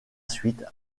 suite